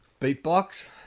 Beatbox